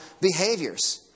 behaviors